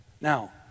Now